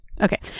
Okay